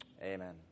Amen